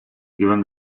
given